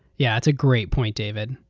yeah it's a great point, david.